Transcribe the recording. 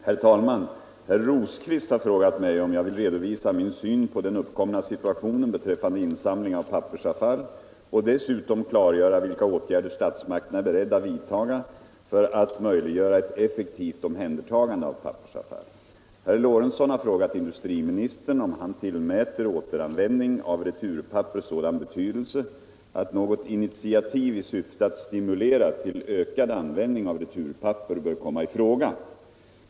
Herr talman! Herr Rosqvist har frågat mig om jag vill redovisa min syn på den uppkomna situationen beträffande insamling av pappersavfall och dessutom klargöra vilka åtgärder statsmakterna är beredda vidtaga för att möjliggöra ett effektivt omhändertagande av pappersavfall. Herr Lorentzon har frågat industriministern om han tillmäter återanvändning av returpapper sådan betydelse, att något initiativ i syfte att stimulera till ökad användning av returpapper bör komma i fråga.